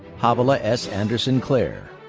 chavilah s. anderson-claire.